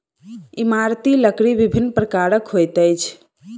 इमारती लकड़ी विभिन्न प्रकारक होइत अछि